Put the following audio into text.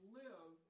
live